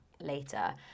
later